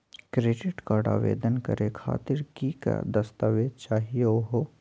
Credit card आवेदन करे खातीर कि क दस्तावेज चाहीयो हो?